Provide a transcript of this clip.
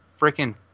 freaking